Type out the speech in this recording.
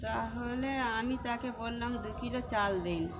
তাহলে আমি তাকে বললাম দু কিলো চাল দিন